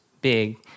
big